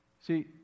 See